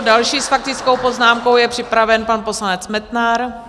Další s faktickou poznámkou je připraven pan poslanec Metnar.